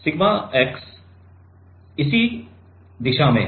sigma x इसी दिशा में है